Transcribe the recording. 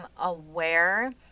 aware